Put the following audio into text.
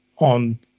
on